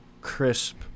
crisp